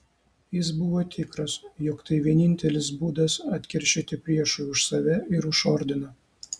jis buvo tikras jog tai vienintelis būdas atkeršyti priešui už save ir už ordiną